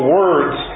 words